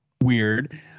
weird